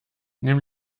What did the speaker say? nimm